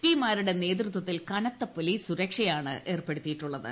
P മാരുടെ നേതൃത്വത്തിൽ കനത്ത പൊലീസ് സുരക്ഷയാണ് ഏർപ്പെടുത്തിയിട്ടുള്ളത്